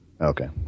Okay